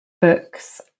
books